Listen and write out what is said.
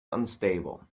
unstable